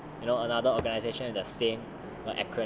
err you know another organisation and the same